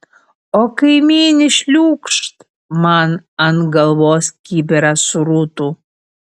o kaimynė šliūkšt man ant galvos kibirą srutų